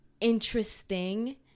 interesting